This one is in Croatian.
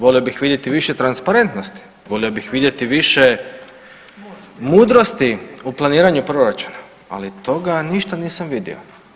Volio bih vidjeti više transparentnosti, volio bih vidjeti više mudrosti u planiranju proračuna, ali od toga ništa nisam vidio.